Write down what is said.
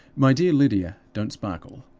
my dear lydia, don't sparkle!